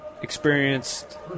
Experienced